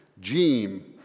Gene